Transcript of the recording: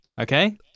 Okay